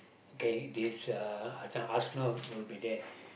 okay this uh this one Arsenal will be there